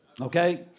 Okay